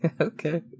Okay